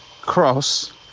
cross